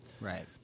Right